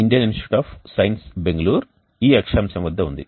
Indian Institute of Science Bengaluru ఈ అక్షాంశం వద్ద ఉంది